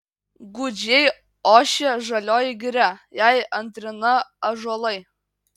gūdžiai ošia žalioji giria jai antrina ąžuolai